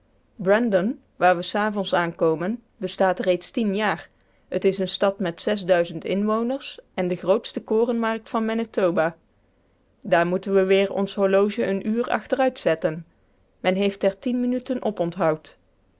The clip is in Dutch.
brandon waar we s avonds aankomen bestaat reeds tien jaar t is een stad met inwoners en de grootste korenmarkt van manitoba daar moeten we weer ons horloge een uur achteruit zetten men heeft er tien minuten oponthoud